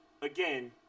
again